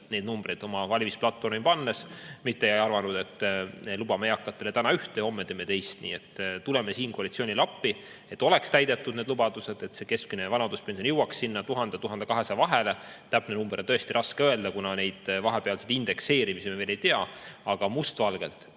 neid numbreid oma valimisplatvormi pannes, mitte ei arvanud, et lubame eakatele täna ühte, aga homme teeme teist. Nii et tuleme siin koalitsioonile appi, et oleks täidetud need lubadused ja keskmine vanaduspension jõuaks 1000 ja 1200 [euro] vahele. Täpset numbrit on tõesti raske öelda, kuna neid vahepealseid indekseerimisi me veel ei tea. Aga mustvalgelt